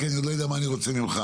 כי אני לא יודע מה אני רוצה ממנו.